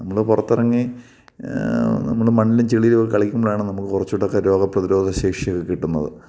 നമ്മള് പുറത്തിറങ്ങി നമ്മൾ മണ്ണിലും ചെളിയിലൊക്കെ കളിക്കുമ്പോഴാണ് നമുക്ക് കുറച്ചൂടൊക്കെ രോഗപ്രതിരോധശേഷിയൊക്കെ കിട്ടുന്നത്